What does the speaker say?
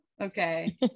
Okay